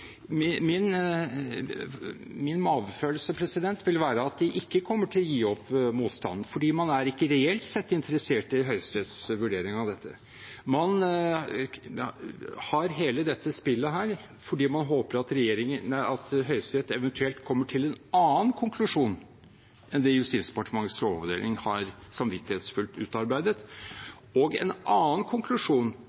Min magefølelse vil være at de ikke kommer til å gi opp motstanden, fordi man er ikke reelt sett interessert i Høyesteretts vurdering av dette. Man har hele dette spillet fordi man håper at Høyesterett eventuelt kommer til en annen konklusjon enn det Justisdepartementets lovavdeling samvittighetsfullt har utarbeidet,